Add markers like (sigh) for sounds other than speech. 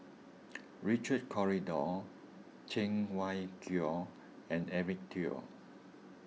(noise) Richard Corridon Cheng Wai Keung and Eric Teo